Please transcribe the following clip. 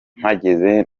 mpageze